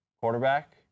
quarterback